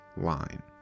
line